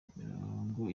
mirongo